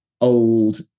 old